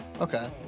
Okay